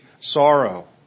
sorrow